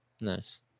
Nice